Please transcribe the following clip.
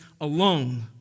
alone